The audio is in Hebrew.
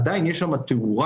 עדיין יש שם תאורה,